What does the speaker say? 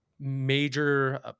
major